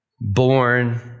born